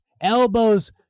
elbows